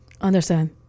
Understand